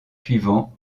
suivant